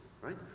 right